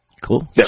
Cool